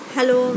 Hello